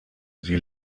sie